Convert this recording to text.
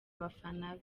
abafana